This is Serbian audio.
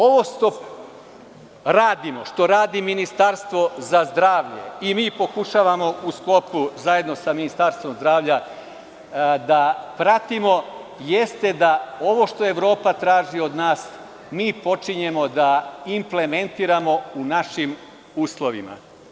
Ovo što radimo, što radi Ministarstvo za zdravlje i mi pokušavamo zajedno sa Ministarstvom zdravlja da pratimo, jeste da ovo što Evropa traži od nas mi počinjemo da implementiramo u našim uslovima.